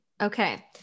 Okay